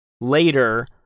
later